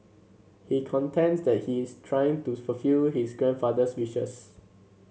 he contends that he is trying to fulfil his grandfather's wishes